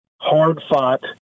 hard-fought